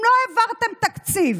אם לא העברתם תקציב,